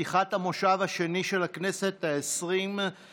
פתיחת המושב השני של הכנסת העשרים-וארבע,